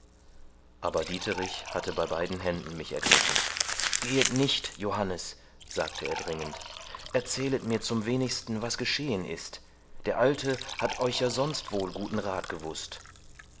aber dieterich hatte bei beiden händen mich ergriffen gehet nicht johannes sagte er dringend erzählet mir zum wenigsten was geschehen ist der alte hat euch ja sonst wohl guten rath gewußt